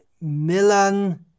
Milan